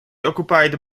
occupied